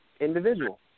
individual